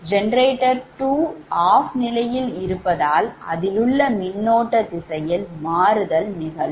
Generator 2 OFF நிலையில் இருப்பதால் அதிலுள்ள மின்னோட்ட திசையில் மாறுதல் நிகழும்